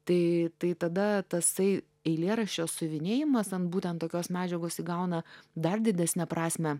tai tai tada tasai eilėraščio siuvinėjimas ant būtent tokios medžiagos įgauna dar didesnę prasmę